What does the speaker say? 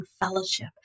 fellowship